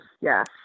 Yes